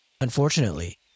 Unfortunately